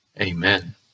amen